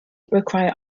require